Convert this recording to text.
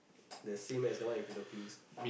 the same as the one in Philippines